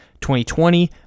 2020